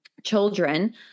children